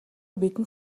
бидэнд